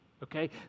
okay